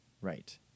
right